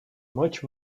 much